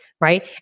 Right